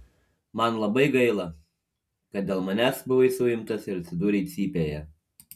man labai gaila kad dėl manęs buvai suimtas ir atsidūrei cypėje